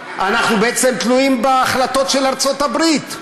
אולי אנחנו בעצם תלויים בהחלטות של ארצות הברית,